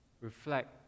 reflect